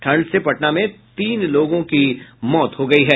ठंड से पटना में तीन लोगों की मौत हो गयी है